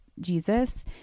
Jesus